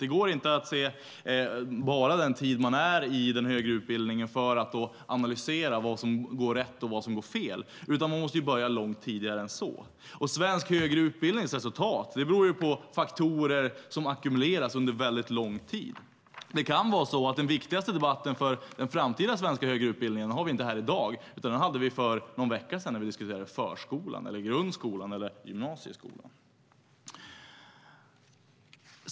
Det går inte att se bara den tid man är i den högre utbildningen för att analysera vad som går rätt och vad som går fel, utan man måste börja långt tidigare än så. Svensk högre utbildnings resultat beror ju på faktorer som ackumuleras under en väldigt lång tid. Det kan vara så att vi inte har den viktigaste debatten för den framtida svenska högre utbildningen här i dag. Den hade vi kanske för någon vecka sedan när vi diskuterade förskolan, grundskolan eller gymnasieskolan.